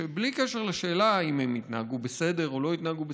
שבלי קשר לשאלה אם הם התנהגו בסדר או לא התנהגו בסדר,